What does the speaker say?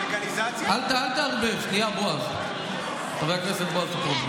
דבי, דבי, דבי, אחר כך פוליטיקה.